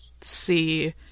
see